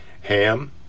ham